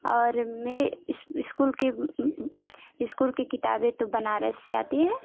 और मेरे इस इस्कूल के इस्कूल कि किताबें तो बनारस से आती है